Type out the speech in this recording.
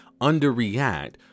underreact